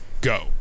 Go